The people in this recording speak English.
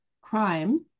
crime